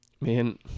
Man